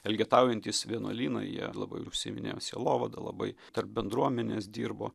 elgetaujantys vienuolynai jie labai užsiiminėjo sielovada labai tarp bendruomenės dirbo